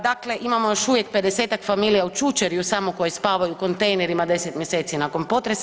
Dakle, imamo još uvijek pedesetak familija u Čučerju samo koje spavaju u kontejnerima 10 mjeseci nakon potresa.